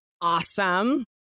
awesome